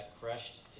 crushed